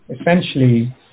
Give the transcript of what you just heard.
Essentially